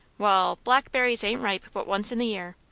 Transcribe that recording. wall blackberries ain't ripe but once in the year.